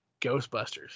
Ghostbusters